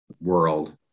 world